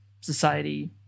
society